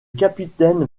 capitaine